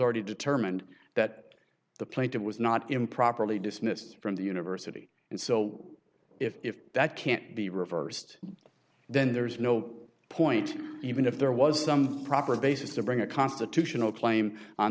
already determined that the plaintive was not improperly dismissed from the university and so if that can't be reversed then there is no point even if there was some proper basis to bring a constitutional claim on